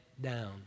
down